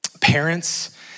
Parents